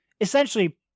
essentially